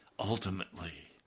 Ultimately